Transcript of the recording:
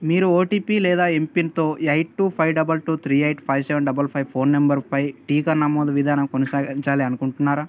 మీరు ఓటిపి లేదా ఎంపిన్తో eight two five double two three eight five seven double five phone నంబర్పై టీకా నమోదు విధానం కొనసాగించాలి అనుకుంటున్నారా